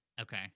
Okay